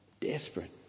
desperate